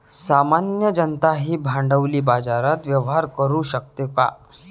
सामान्य जनताही भांडवली बाजारात व्यवहार करू शकते का?